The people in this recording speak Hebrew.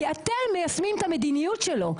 כי אתם מיישמים את המדיניות שלו,